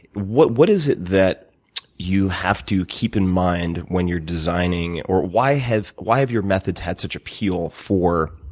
what what is it that you have to keep in mind when you're designing, or why have why have your methods had such appeal for